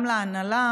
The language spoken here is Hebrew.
גם להנהלה,